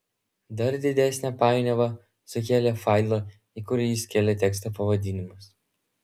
dar didesnę painiavą sukėlė failo į kurį jis kėlė tekstą pavadinimas